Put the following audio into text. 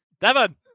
Devon